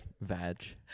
vag